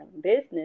business